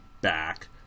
back